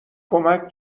کمک